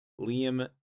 liam